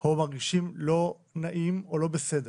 או מרגישים לא נעים או לא בסדר.